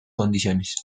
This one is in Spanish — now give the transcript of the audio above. condiciones